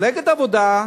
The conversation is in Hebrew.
מפלגת העבודה,